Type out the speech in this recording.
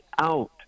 out